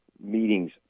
meetings